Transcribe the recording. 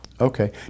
Okay